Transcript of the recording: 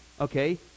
okay